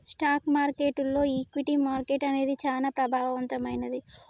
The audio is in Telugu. స్టాక్ మార్కెట్టులో ఈక్విటీ మార్కెట్టు అనేది చానా ప్రభావవంతమైంది